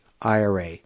IRA